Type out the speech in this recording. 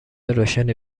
روشنی